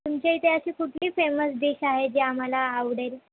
तुमच्या इथे अशी कुठली फेमस डिश आहे जी आम्हाला आवडेल